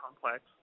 complex